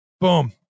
Boom